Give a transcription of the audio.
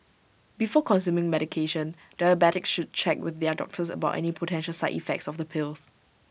before consuming medication diabetics should check with their doctors about any potential side effects of the pills